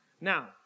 Now